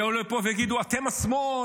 ותעלו לפה ותגידו: אתם השמאל.